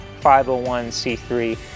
501c3